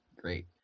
great